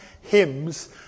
hymns